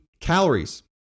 calories